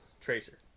Tracer